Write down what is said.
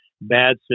bad